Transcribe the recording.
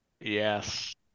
Yes